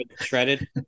shredded